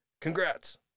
Congrats